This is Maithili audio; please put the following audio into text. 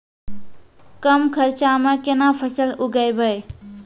कम खर्चा म केना फसल उगैबै?